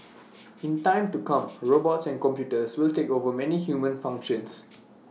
in time to come robots and computers will take over many human functions